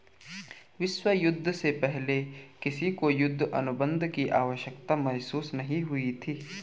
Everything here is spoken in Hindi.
विश्व युद्ध से पहले किसी को युद्ध अनुबंध की आवश्यकता महसूस नहीं हुई थी